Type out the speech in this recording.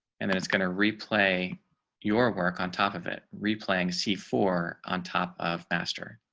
and then it's going to replay your work on top of it replaying see for on top of master.